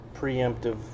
preemptive